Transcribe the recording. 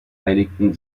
einigten